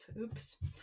oops